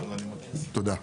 תודה.